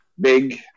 big